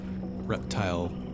reptile